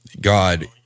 God